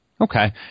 Okay